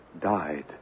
Died